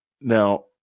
Now